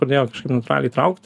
pradėjo kažkaip natūraliai traukt